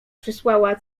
przysłała